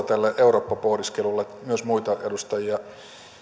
tälle eurooppa pohdiskelulle ja myös muita edustajia